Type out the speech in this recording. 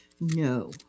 No